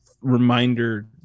reminder